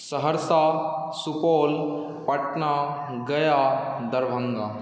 Saharsa Supaul Patna Gaya Darbhanga